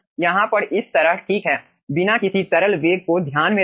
यहाँ पर इस तरह ठीक है बिना किसी तरल वेग को ध्यान में रखते हुए